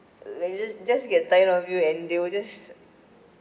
like just just get tired of you and they will just